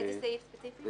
אני דבר על